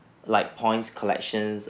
like points collections